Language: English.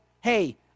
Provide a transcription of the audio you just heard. hey